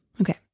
Okay